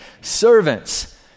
servants